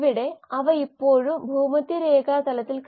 അന്നജവും സെല്ലുലോസും ഗ്ലൂക്കോസിന്റെ പോളിമറുകളാണ്